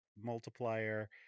multiplier